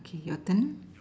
your turn